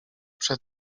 przed